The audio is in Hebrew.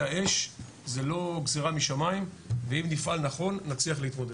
האש זה לא גזרה משמיים ואם נפעל נכון נצליח להתמודד.